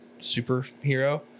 superhero